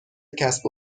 کسب